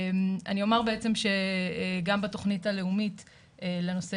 אני אומר בעצם שגם בתוכנית הלאומית לנושא